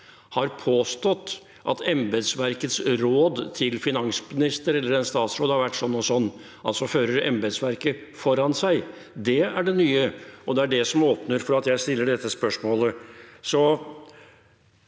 har påstått at embetsverkets råd til en finansminister eller en statsråd har vært sånn og sånn – altså fører embetsverket foran seg. Det er det nye, og det er det som åpner for at jeg stiller dette spørsmålet.